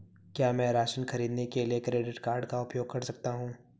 क्या मैं राशन खरीदने के लिए क्रेडिट कार्ड का उपयोग कर सकता हूँ?